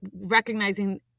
recognizing